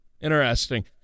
Interesting